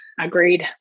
Agreed